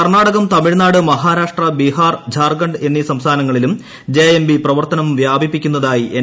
കർണാടകം തമിഴ്നാട് മഹാരാഷ്ട്ര ബിഹാർ ജാർഖണ്ഡ് എന്നീ സംസ്ഥാനങ്ങളിലും പ്രവർത്തനം വ്യാപിപ്പിക്കുന്നതായി എൻ